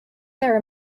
their